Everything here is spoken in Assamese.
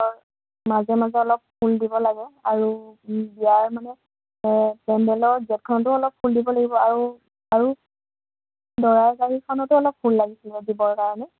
হয় মাজে মাজে অলপ ফুল দিব লাগে আৰু বিয়াৰ মানে পেন্দেলৰ গেটখনটো অলপ ফুল দিব লাগিব আৰু আৰু দৰাৰ গাড়ীখনটো অলপ ফুল লাগিছিলে দিবৰ কাৰণে